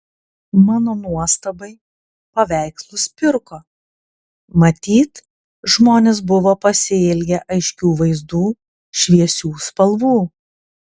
mano nuostabai paveikslus pirko matyt žmonės buvo pasiilgę aiškių vaizdų šviesių spalvų